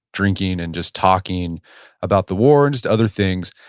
drinking and just talking about the war, and just other things.